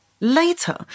Later